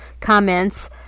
comments